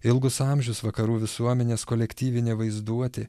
ilgus amžius vakarų visuomenės kolektyvinė vaizduotė